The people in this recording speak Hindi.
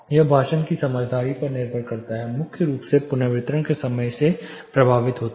यह भाषण की समझदारी पर निर्भर करता है मुख्य रूप से पुनर्वितरण के समय से प्रभावित होता है